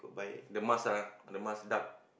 the mask ah the mask duck